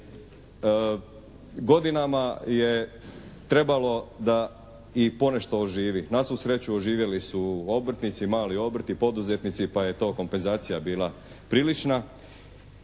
godinama je trebalo da i ponešto oživi. Na svu sreću oživjeli su obrtnici, mali obrti, poduzetnici pa je to kompenzacija bila prilična